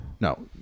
No